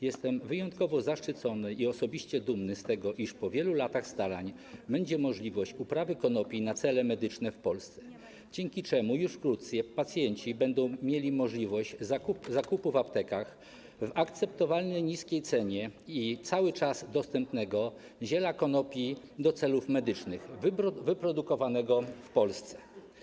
Jestem wyjątkowo zaszczycony i osobiście dumny z tego, iż po wielu latach starań będzie możliwość uprawy konopi na cele medyczne w Polsce, dzięki czemu już wkrótce pacjenci będą mieli możliwość zakupu w aptekach w akceptowalnej niskiej cenie i cały czas dostępnego ziela konopi do celów medycznych wyprodukowanego w Polsce.